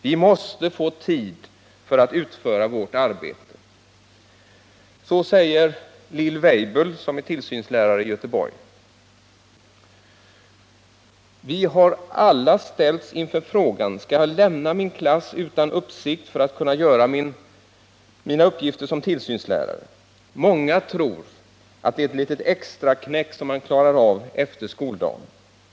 Vi måste få tid för att utföra vårt arbete.” Så säger Lill Weibull, som är tillsynslärare i Göteborg. ”Vi har alla ställts inför frågan: Skall jag lämna min klass utan uppsikt för att kunna göra mina uppgifter som tillsynslärare? Många tror att det är ett litet extraknäck som man klarar av efter skoldagen.